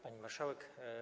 Pani Marszałek!